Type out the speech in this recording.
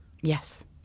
Yes